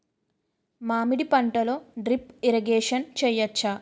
మామిడి పంటలో drip irrigation చేయచ్చా?